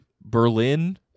Berlin